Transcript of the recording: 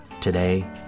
Today